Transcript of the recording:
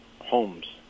homes